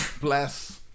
bless